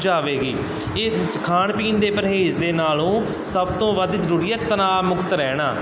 ਜਾਵੇਗੀ ਇਸ ਖਾਣ ਪੀਣ ਦੇ ਪਰਹੇਜ਼ ਦੇ ਨਾਲੋਂ ਸਭ ਤੋਂ ਵੱਧ ਜ਼ਰੂਰੀ ਹੈ ਤਣਾਅ ਮੁਕਤ ਰਹਿਣਾ